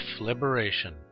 LIBERATION